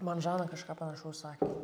man žana kažką panašaus sakė